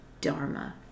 dharma